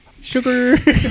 sugar